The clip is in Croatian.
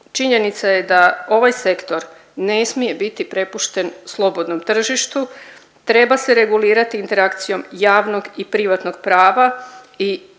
činjenica je da ovaj sektor ne smije biti prepušten slobodnom tržištu, treba se regulirati interakcijom javnog i privatnog prava i